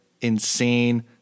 insane